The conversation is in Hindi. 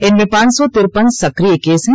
इनमें पांच सौ तिरपन सक्रिय केस हैं